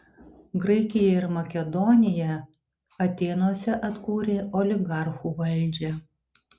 graikiją ir makedoniją atėnuose atkūrė oligarchų valdžią